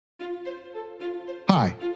hi